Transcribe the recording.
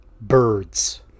birds